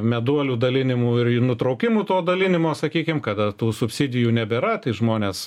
meduolių dalinimu ir nutraukimu to dalinimo sakykim kada tų subsidijų nebėra tai žmonės